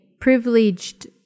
privileged